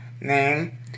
name